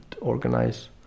organize